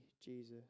Jesus